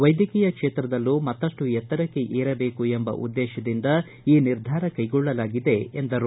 ವೈದ್ಯಕೀಯ ಕ್ಷೇತ್ರದಲ್ಲೂ ಮತ್ತಪ್ಪು ಎತ್ತರಕ್ಕೆ ಏರಬೇಕು ಎಂಬ ಉದ್ದೇಶದಿಂದ ಈ ನಿರ್ಧಾರ ಕೈಗೊಳ್ಳಲಾಗಿದೆ ಎಂದರು